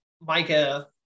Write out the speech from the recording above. Micah –